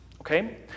Okay